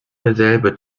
derselbe